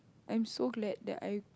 I am so glad that I